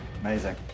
Amazing